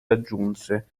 raggiunse